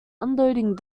unloading